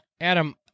Adam